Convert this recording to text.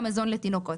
גם מזון לתינוקות.